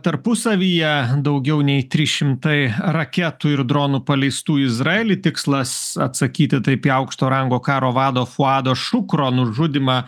tarpusavyje daugiau nei trys šimtai raketų ir dronų paleistų į izraelį tikslas atsakyti taip į aukšto rango karo vado fuado šukro nužudymą